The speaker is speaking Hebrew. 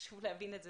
חשוב להבין את זה.